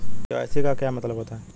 KYC का क्या मतलब होता है?